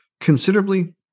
Considerably